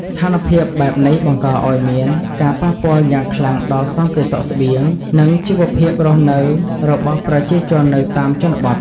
ស្ថានភាពបែបនេះបង្កឱ្យមានការប៉ះពាល់យ៉ាងខ្លាំងដល់សន្តិសុខស្បៀង និងជីវភាពរស់នៅរបស់ប្រជាជននៅតាមជនបទ។